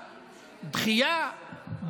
דחייה,